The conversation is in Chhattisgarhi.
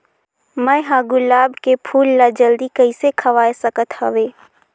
मैं ह गुलाब के फूल ला जल्दी कइसे खवाय सकथ हवे?